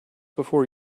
before